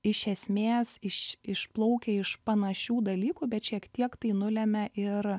iš esmės iš išplaukia iš panašių dalykų bet šiek tiek tai nulemia ir